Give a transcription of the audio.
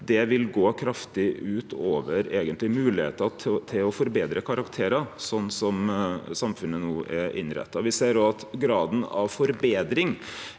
vil gå kraftig ut over moglegheita til å forbetre karakterar, sånn som samfunnet no er innretta. Me ser òg at graden av forbetring